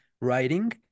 writing